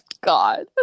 God